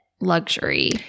luxury